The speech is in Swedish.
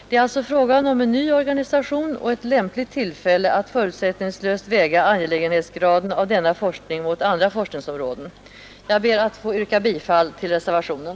Det är alltså frågan om en ny organisation och ett lämpligt tillfälle att förutsättningslöst väga angelägenhetsgraden av denna forskning mot andra forskningsområden. Jag ber att få yrka bifall till reservationen.